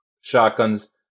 shotguns